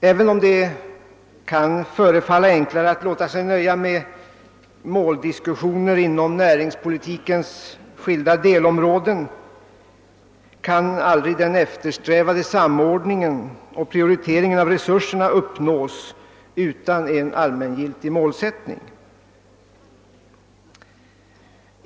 även om det kan förefalla enklare att låta sig nöja med måldiskussioner inom näringspolitikens skilda delområden, kan aldrig den eftersträvade samordningen och prioriteringen av resurserna uppnås utan en allmängiltig målsättning.